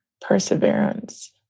perseverance